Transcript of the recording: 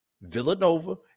Villanova